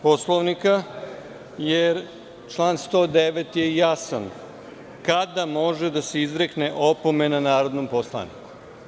Poslovnika, jer član 109. je jasan kada može da se izrekne opomena narodnom poslaniku.